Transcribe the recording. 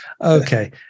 okay